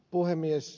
puhemies